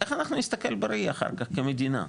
איך אנחנו נסתכל בראי אחר כך כמדינה?